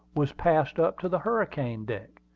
was passed up to the hurricane-deck.